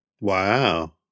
Wow